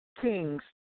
Kings